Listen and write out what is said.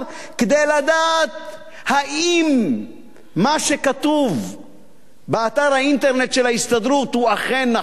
כדי לדעת אם מה שכתוב באתר האינטרנט של ההסתדרות הוא אכן נכון,